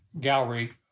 gallery